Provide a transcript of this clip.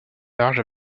large